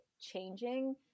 changing